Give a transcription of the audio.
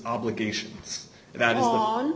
obligations that on